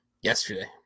Yesterday